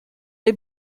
dei